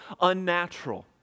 unnatural